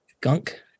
Gunk